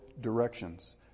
directions